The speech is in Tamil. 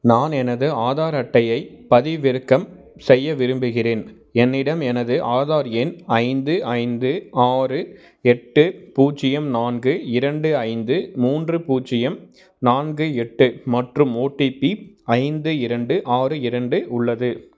நான் எனது ஆதார் அட்டையை பதிவிறக்கம் செய்ய விரும்புகிறேன் என்னிடம் எனது ஆதார் எண் ஐந்து ஐந்து ஆறு எட்டு பூஜ்ஜியம் நான்கு இரண்டு ஐந்து மூன்று பூஜ்ஜியம் நான்கு எட்டு மற்றும் ஓடிபி ஐந்து இரண்டு ஆறு இரண்டு உள்ளது